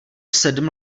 sedm